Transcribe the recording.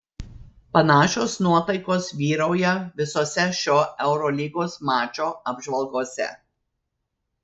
panašios nuotaikos vyrauja visose šio eurolygos mačo apžvalgose